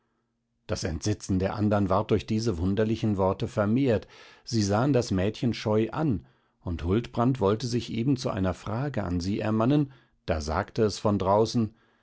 das entsetzen der andern ward durch diese wunderlichen worte vermehrt sie sahen das mädchen scheu an und huldbrand wollte sich eben zu einer frage an sie ermannen da sagte es von draußen